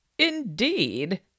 Indeed